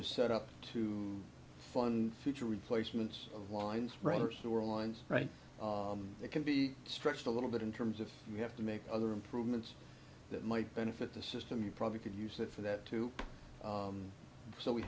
is set up to fund future replacements of lines rather sewer lines right that can be stretched a little bit in terms of you have to make other improvements that might benefit the system you probably could use that for that too so we